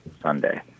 Sunday